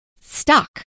stuck